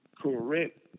correct